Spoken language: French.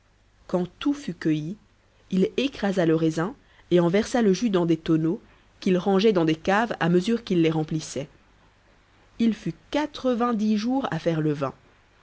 quand tout fut cueilli il écrasa le raisin et en versa le jus dans des tonneaux qu'il rangeait dans des caves à mesure qu'il les remplissait il fut quatre-vingt-dix jours à faire le vin